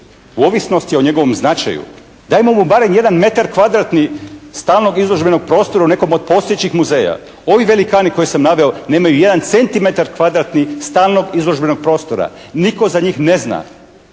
ovisnosti o njegovom značaju. Dajmo mu barem 1 m2 stalnog izložbenog prostora u nekom od postojećih muzeja. Ovi velikani koje sam naveo nemaju ni jedan centimetar kvadratni stalnog izložbenog prostora, nitko za njih ne zna.